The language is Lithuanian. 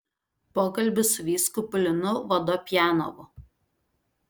pokalbis su vyskupu linu vodopjanovu